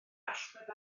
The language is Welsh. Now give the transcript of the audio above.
allwedd